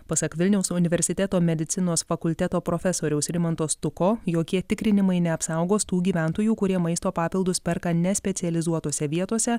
pasak vilniaus universiteto medicinos fakulteto profesoriaus rimanto stuko jokie tikrinimai neapsaugos tų gyventojų kurie maisto papildus perka ne specializuotose vietose